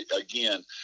again